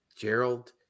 Gerald